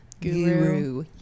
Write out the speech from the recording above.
guru